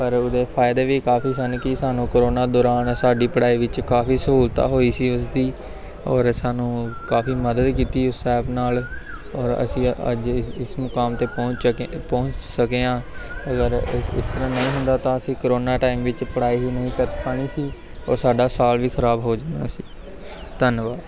ਪਰ ਉਹਦੇ ਫਾਇਦੇ ਵੀ ਕਾਫੀ ਸਨ ਕਿ ਸਾਨੂੰ ਕਰੋਨਾ ਦੌਰਾਨ ਸਾਡੀ ਪੜ੍ਹਾਈ ਵਿੱਚ ਕਾਫੀ ਸਹੂਲਤਾਂ ਹੋਈ ਸੀ ਉਸ ਦੀ ਔਰ ਸਾਨੂੰ ਕਾਫੀ ਮਦਦ ਕੀਤੀ ਉਸ ਐਪ ਨਾਲ ਔਰ ਅਸੀਂ ਅੱ ਅੱਜ ਇਸ ਇਸ ਮੁਕਾਮ 'ਤੇ ਪਹੁੰਚ ਕੇ ਪਹੁੰਚ ਸਕੇ ਹਾਂ ਅਗਰ ਇਸ ਇਸ ਤਰ੍ਹਾਂ ਨਹੀਂ ਹੁੰਦਾ ਤਾਂ ਅਸੀਂ ਕਰੋਨਾ ਟਾਈਮ ਵਿੱਚ ਪੜ੍ਹਾਈ ਹੀ ਨਹੀਂ ਕਰ ਪਾਉਣੀ ਸੀ ਔਰ ਸਾਡਾ ਸਾਲ ਵੀ ਖ਼ਰਾਬ ਹੋ ਜਾਣਾ ਸੀ ਧੰਨਵਾਦ